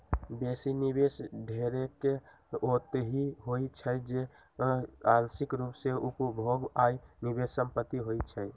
बेशी निवेश ढेरेक ओतहि होइ छइ जे आंशिक रूप से उपभोग आऽ निवेश संपत्ति होइ छइ